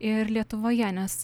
ir lietuvoje nes